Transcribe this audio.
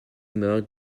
meurt